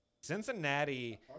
Cincinnati